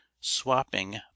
swapping